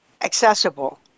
accessible